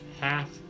half